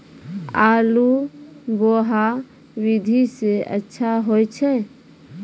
आलु बोहा विधि सै अच्छा होय छै?